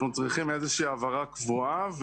אנחנו צריכים איזושהי העברה קבועה.